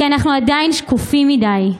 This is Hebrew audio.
כי אנחנו עדיין שקופים מדי.